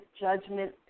judgment